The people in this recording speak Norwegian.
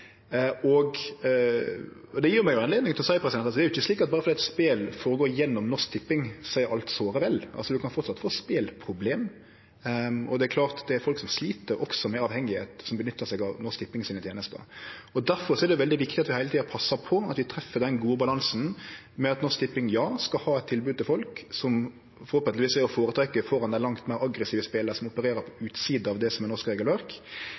Det gjev meg ei anledning til å seie at det ikkje er slik at alt er såre vel berre fordi spel går føre seg gjennom Norsk Tipping. Ein kan framleis få speleproblem, og det er klart at det også er folk som slit med avhengigheit som nyttar seg av tenestene til Norsk Tipping. Difor er det veldig viktig at vi heile tida passar på at vi treffer den gode balansen der Norsk Tipping skal ha eit tilbod til folk, som forhåpentlegvis er å føretrekkje framfor dei langt meir aggressive spela som opererer på utsida av